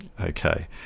Okay